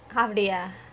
half day ah